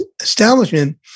establishment